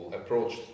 approach